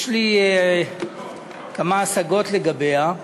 יש לי כמה השגות לגביה.